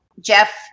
Jeff